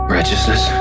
Righteousness